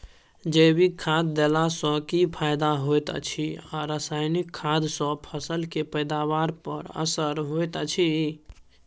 जैविक खाद देला सॅ की फायदा होयत अछि आ रसायनिक खाद सॅ फसल के पैदावार पर की असर होयत अछि?